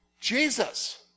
Jesus